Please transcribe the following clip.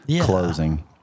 closing